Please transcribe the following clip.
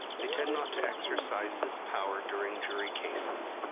they tend not to exercise this power during jury cases.